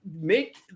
Make